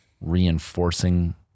reinforcing